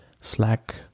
slack